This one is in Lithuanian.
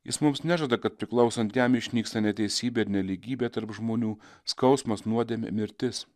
jis mums nežada kad priklausant jam išnyksta neteisybė ir nelygybė tarp žmonių skausmas nuodėmė mirtis